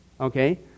Okay